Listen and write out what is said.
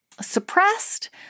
suppressed